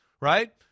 right